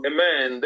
Amen